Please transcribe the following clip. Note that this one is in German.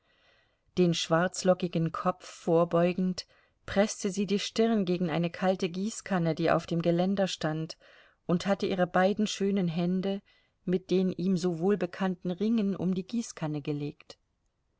den schwarzlockigen kopf vorbeugend preßte sie die stirn gegen eine kalte gießkanne die auf dem geländer stand und hatte ihre beiden schönen hände mit den ihm so wohlbekannten ringen um die gießkanne gelegt